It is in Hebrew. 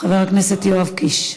חבר הכנסת יואב קיש.